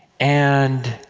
and,